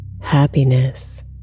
happiness